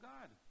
God